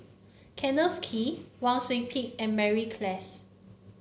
Kenneth Kee Wang Sui Pick and Mary Klass